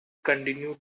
continue